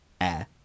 air